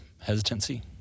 hesitancy